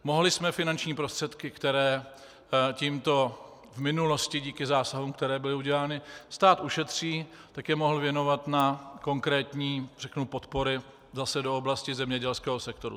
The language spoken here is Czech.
Mohli jsme finanční prostředky, které tímto v minulosti díky zásahům, které byly udělány, stát ušetří, tak je mohl věnovat na konkrétní podpory zase do oblasti zemědělského sektoru.